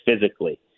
physically